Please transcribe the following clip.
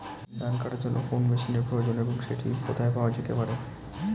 ধান কাটার জন্য কোন মেশিনের প্রয়োজন এবং সেটি কোথায় পাওয়া যেতে পারে?